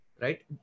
Right